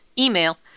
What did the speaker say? email